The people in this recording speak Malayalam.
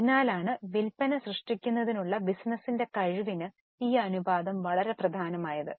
അതിനാലാണ് വിൽപ്പന സൃഷ്ടിക്കുന്നതിനുള്ള ബിസിനസ്സിന്റെ കഴിവിന് ഈ അനുപാതം വളരെ പ്രധാനമായത്